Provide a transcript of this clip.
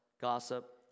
gossip